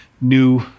new